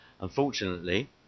Unfortunately